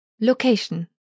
Location